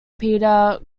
peter